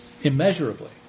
immeasurably